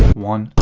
one.